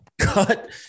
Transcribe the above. Cut